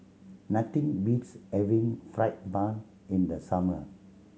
nothing beats having fried bun in the summer